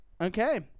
Okay